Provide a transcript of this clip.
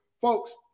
folks